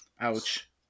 ouch